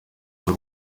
z’u